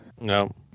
No